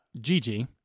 Gigi